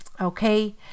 Okay